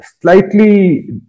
slightly